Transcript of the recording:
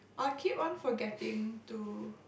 I keep on forgetting to